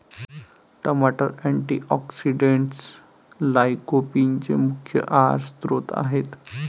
टमाटर अँटीऑक्सिडेंट्स लाइकोपीनचे मुख्य आहार स्त्रोत आहेत